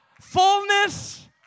fullness